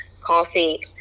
coffee